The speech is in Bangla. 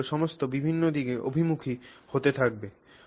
দানাগুলি সমস্ত বিভিন্ন দিকে অভিমুখী হতে থাকবে